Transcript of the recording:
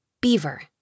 beaver